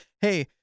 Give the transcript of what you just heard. hey